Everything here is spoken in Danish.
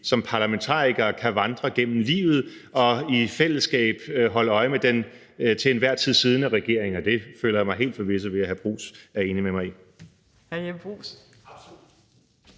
som parlamentarikere kan vandre igennem livet og i fællesskab holde øje med den til enhver tid siddende regering. Det føler jeg mig helt forvisset om at hr. Jeppe Bruus er enig med mig i.